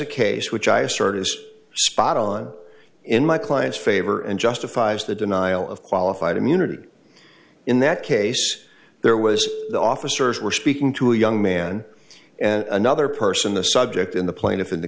a case which i assert is spot on in my client's favor and justifies the denial of qualified immunity in that case there was the officers were speaking to a young man and another person the subject in the plaintiff in the